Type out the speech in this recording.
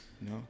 No